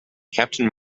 captain